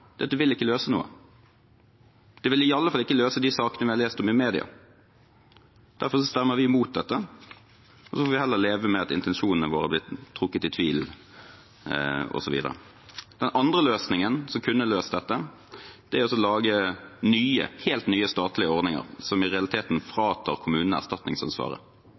vil ikke løse noe. Det vil i alle fall ikke løse de sakene vi har lest om i media. Derfor stemmer vi mot dette, og så får vi heller leve med at intensjonene våre blir trukket i tvil, osv. Den andre løsningen er å lage helt nye statlige ordninger som i realiteten fratar kommunene erstatningsansvaret.